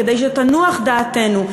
כדי שתנוח דעתנו,